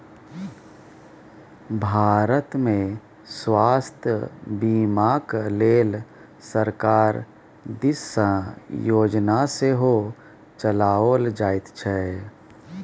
भारतमे स्वास्थ्य बीमाक लेल सरकार दिससँ योजना सेहो चलाओल जाइत छै